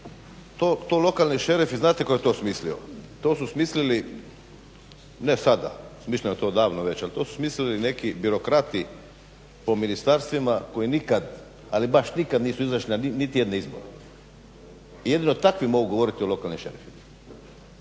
to lokalni šerifi znate tko je to smislio? To su smislili ne sada, smišljeno je to odavno već, ali to su smislili neki birokrati po ministarstvima koji nikad, ali baš nikad nisu izašli na niti jedne izbore. Jedino takvi mogu govoriti o lokalnim šerifima,